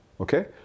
Okay